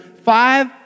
Five